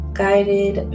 guided